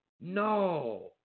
no